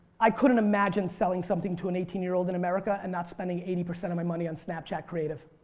i couldn't imagine selling something to an eighteen year old in america and not spending eighty percent of my money on snapchat creative.